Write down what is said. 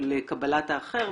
של קבלת האחר,